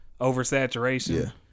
oversaturation